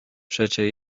przecie